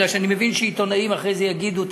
כי אני מבין שעיתונאים אחרי זה יגידו אחרת,